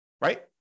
right